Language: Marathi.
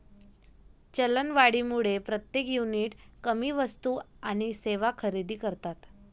चलनवाढीमुळे प्रत्येक युनिट कमी वस्तू आणि सेवा खरेदी करतात